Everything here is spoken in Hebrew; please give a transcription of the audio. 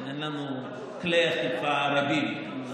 אין לנו כלי אכיפה רבים.